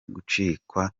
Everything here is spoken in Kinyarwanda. gucikwa